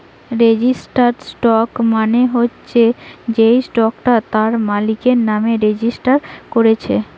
registered stock মানে হচ্ছে যেই স্টকটা তার মালিকের নামে রেজিস্টার কোরছে